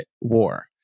war